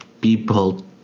people